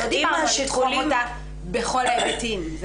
לא דיברנו לתחום אותה בכל ההיבטים.